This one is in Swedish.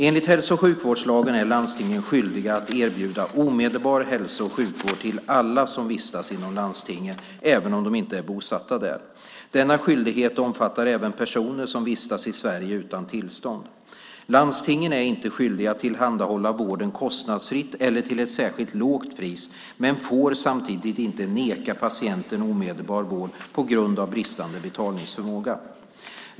Enligt hälso och sjukvårdslagen är landstingen skyldiga att erbjuda omedelbar hälso och sjukvård till alla som vistas inom landstinget, även de som inte är bosatta där. Denna skyldighet omfattar även personer som vistas i Sverige utan tillstånd. Landstingen är inte skyldiga att tillhandahålla vården kostnadsfritt eller till ett särskilt lågt pris men får samtidigt inte neka patienten omedelbar vård på grund av bristande betalningsförmåga.